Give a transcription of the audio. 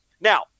Now